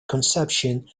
conception